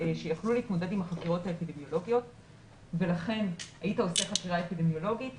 להתמודד עם החקירות האפידמיולוגיות ולכן היית עושה חקירה אפידמיולוגית,